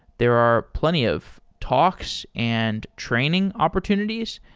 there are plenty of talks and training opportunities,